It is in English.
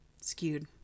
Skewed